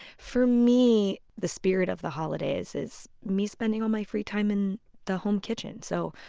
for me, the spirit of the holidays is me spending all my free time in the home kitchen. so,